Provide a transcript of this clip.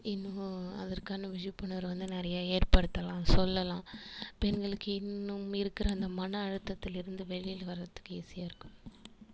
இன்னும் அதற்கான விழிப்புணர்வு வந்து நிறைய ஏற்படுத்தலாம் சொல்லலாம் பெண்களுக்கு இன்னும் இருக்கிற அந்த மன அழுத்தத்தில் இருந்து வெளியில் வர்றதுக்கு ஈசியாக இருக்கும்